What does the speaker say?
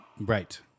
Right